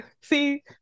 See